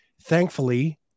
thankfully